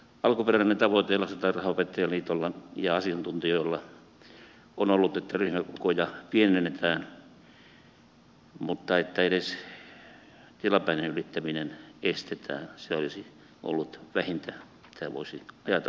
alkuperäinen tavoite lastentarhanopettajaliitolla ja asiantuntijoilla on ollut että ryhmäkokoja pienennetään mutta edes tilapäisen ylittämisen estäminen olisi ollut vähintä mitä voisi ajatella ja vaatia